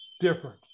different